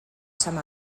some